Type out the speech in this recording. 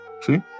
See